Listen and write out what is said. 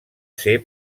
ser